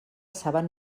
saben